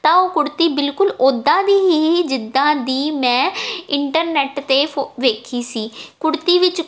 ਤਾਂ ਉਹ ਕੁੜਤੀ ਬਿਲਕੁਲ ਉੱਦਾਂ ਦੀ ਸੀ ਜਿੱਦਾਂ ਦੀ ਮੈਂ ਇੰਟਰਨੈੱਟ 'ਤੇ ਫੋ ਵੇਖੀ ਸੀ ਕੁੜਤੀ ਵਿੱਚ